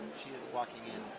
she is walking in.